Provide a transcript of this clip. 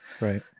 right